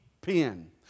pen